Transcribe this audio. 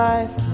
Life